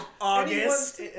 August